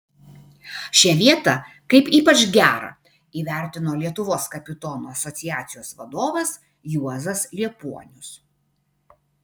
šią vietą kaip ypač gerą įvertino lietuvos kapitonų asociacijos vadovas juozas liepuonius